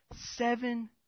Seven